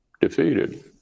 defeated